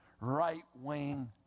right-wing